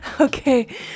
Okay